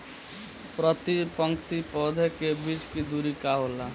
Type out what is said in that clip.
प्रति पंक्ति पौधे के बीच के दुरी का होला?